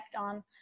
on